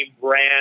brand